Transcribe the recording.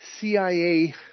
CIA